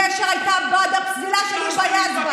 גשר הייתה בעד הפסילה של היבה יזבק.